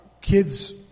kids